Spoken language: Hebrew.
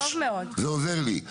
זה עוזר לי,